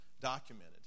documented